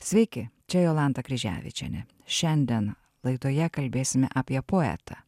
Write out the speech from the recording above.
sveiki čia jolanta kryževičienė šiandien laidoje kalbėsime apie poetą